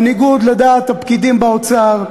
בניגוד לדעת הפקידים באוצר,